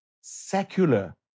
secular